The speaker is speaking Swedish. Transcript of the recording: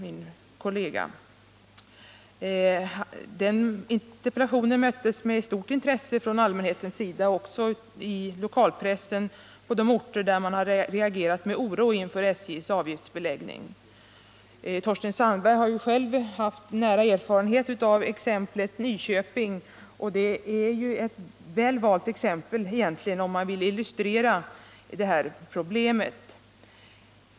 Interpellationen har mötts med stort intresse från allmänhetens sida och i lokalpressen på de orter där man reagerat med oro inför SJ:s avgiftsbeläggning. Torsten Sandberg har själv haft nära erfarenhet av exemplet Nyköping. Nyköping är samtidigt ett bra exempel för att illustrera detta problem.